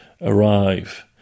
arrive